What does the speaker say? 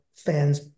fans